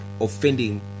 offending